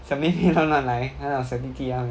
小妹妹乱乱来还有那种小弟弟他们